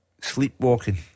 sleepwalking